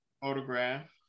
Photograph